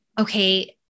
okay